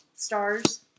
Stars